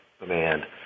demand